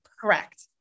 Correct